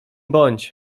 bądź